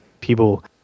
people